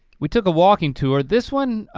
we took a walking tour, this one,